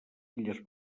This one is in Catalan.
illes